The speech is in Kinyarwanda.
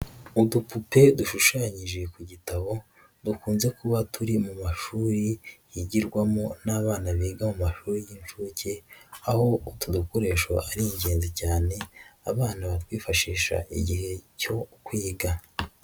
Udupupe dushushanyije ku gitabo dukunze kuba turi mu mashuri yigirwamo n'abana biga mu mashuri y'inshuke aho utu dukoresho ari ingenzi cyane, abana batwifashisha igihe cyo kwiga.